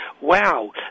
wow